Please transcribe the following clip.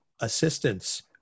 assistance